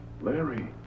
Larry